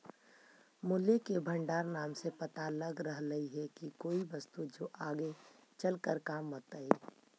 मूल्य के भंडार नाम से पता लग रहलई हे की कोई वस्तु जो आगे चलकर काम अतई